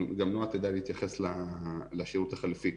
וגם נועה תדע להתייחס לשירות החלופי,